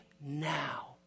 now